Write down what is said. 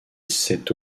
cette